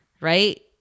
right